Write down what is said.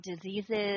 diseases